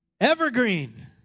Evergreen